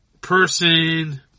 person